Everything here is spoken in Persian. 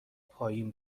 پایین